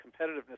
competitiveness